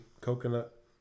Coconut